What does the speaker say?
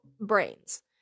brains